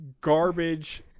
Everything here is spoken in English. garbage